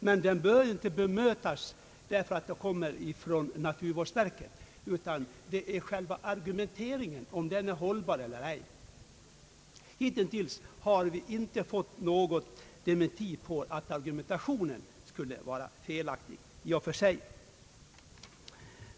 Men den bör inte bemötas därför att den kommer från lagrådet, utan frågan gäller om själva argumenteringen är hållbar eller ej. Hittills har vi inte fått något belägg för att argumentationen skulle vara felaktig i och för sig.